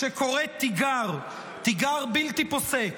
שקוראת תיגר, תיגר בלתי פוסק